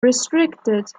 restricted